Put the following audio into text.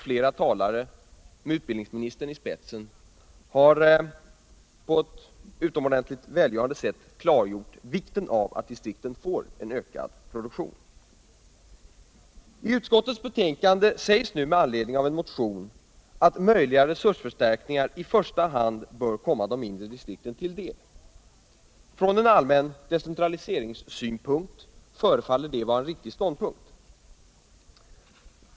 Flera talare med utbildningsministern i spetsen har på ett utomordentligt välgörande sätt klargjort vikten av att distrikten får on ökad produkuon. 2 in Radions och televisionens fortsatta resursförstärkningar i första hand bör komma de mindre distrikten till del. Från en allmän decentraliseringssynpunkt förefaller det vara en riktig ståndpunkt.